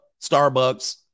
Starbucks